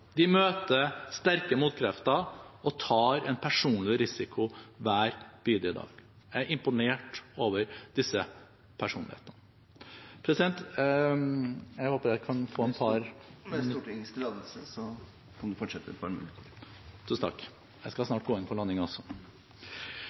De møter sterke motkrefter og tar en personlig risiko hver bidige dag. Jeg er imponert over disse personlighetene. President, jeg håper jeg kan få fortsette litt til! Med Stortingets tillatelse kan utenriksministeren fortsette et par minutter til. Takk – jeg skal